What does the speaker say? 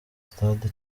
stade